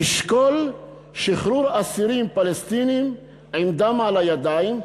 נשקול שחרור אסירים פלסטינים עם דם על הידיים,